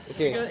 Okay